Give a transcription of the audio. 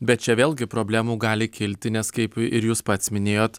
bet čia vėlgi problemų gali kilti nes kaip ir jūs pats minėjot